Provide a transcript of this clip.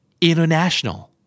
International